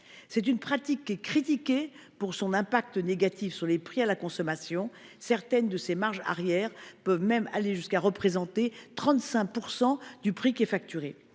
C’est une pratique qui est critiquée pour son impact négatif sur les prix à la consommation, certaines de ces marges arrière pouvant aller jusqu’à représenter 35 % du prix qui est facturé.